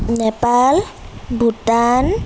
Nepal Bhutan